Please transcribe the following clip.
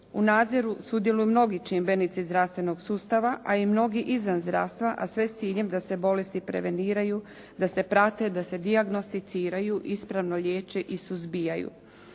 U nadzoru sudjeluju mnogi čimbenici zdravstvenog sustava a i mnogi izvan zdravstva a sve s ciljem da se bolesti preveniraju, da se prate, da se dijagnosticiraju, ispravno liječe i suzbijaju.